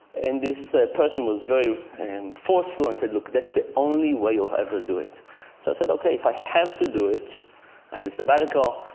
and this person was very forceful and said, look, that's the only way you'll ever do so said, okay, if i have to do it i had a sabbatical.